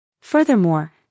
Furthermore